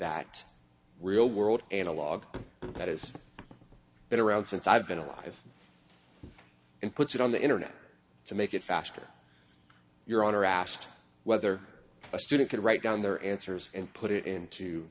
that real world analog that has been around since i've been alive and put it on the internet to make it faster your honor asked whether a student could write down their answers and put it into